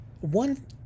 one